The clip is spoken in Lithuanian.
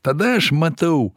tada aš matau